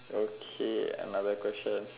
okay another question